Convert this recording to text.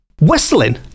Whistling